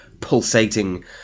pulsating